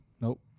Nope